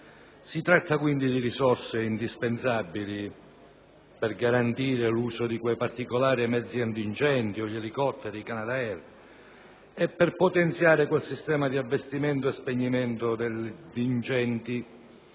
Si tratta quindi di risorse indispensabili per garantire l'uso di particolari mezzi antincendio, come gli elicotteri e i Canadair, e per potenziare quel sistema di avvistamento e spegnimento degli incendi